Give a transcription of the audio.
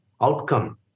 outcome